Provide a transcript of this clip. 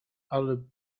ale